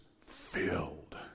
filled